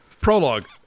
prologue